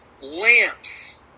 lamps